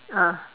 ah